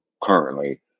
currently